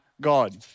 God